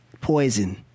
poison